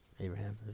Abraham